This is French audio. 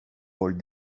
paul